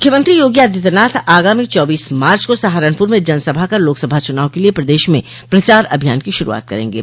मख्यमंत्री योगी आदित्यनाथ आगामी चौबीस मार्च को सहारनुपर में जनसभा कर लोकसभा चुनाव के लिए प्रदश में प्रचार अभियान की श्रूआत करेंगे